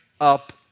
up